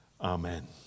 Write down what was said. Amen